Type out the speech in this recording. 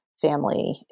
family